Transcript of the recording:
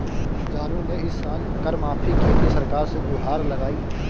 जानू ने इस साल कर माफी के लिए सरकार से गुहार लगाई